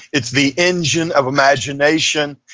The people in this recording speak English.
it's the engine of imagination.